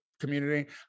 community